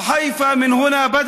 (אומר בערבית: חיפה מכאן החלה,